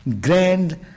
grand